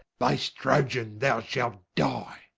base troian, thou shalt dye